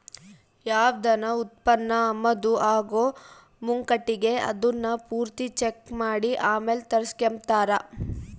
ಯಾವ್ದನ ಉತ್ಪನ್ನ ಆಮದು ಆಗೋ ಮುಂಕಟಿಗೆ ಅದುನ್ನ ಪೂರ್ತಿ ಚೆಕ್ ಮಾಡಿ ಆಮೇಲ್ ತರಿಸ್ಕೆಂಬ್ತಾರ